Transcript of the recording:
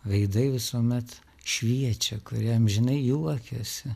veidai visuomet šviečia kurie amžinai juokiasi